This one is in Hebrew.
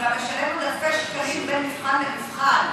הוא גם משלם עוד אלפי שקלים בין מבחן למבחן,